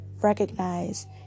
recognize